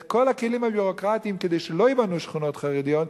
כל הכלים הביורוקרטיים כדי שלא ייבנו שכונות חרדיות,